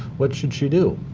what should she do?